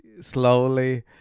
slowly